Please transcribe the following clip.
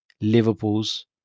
Liverpool's